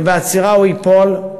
ובעצירה הוא ייפול,